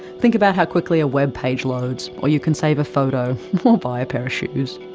think about how quickly a webpage loads, or you can save a photo or buy a pair of shoes.